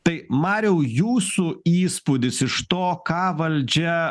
tai mariau jūsų įspūdis iš to ką valdžia